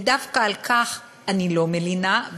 ודווקא על כך אני לא מלינה,